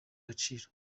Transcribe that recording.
agaciro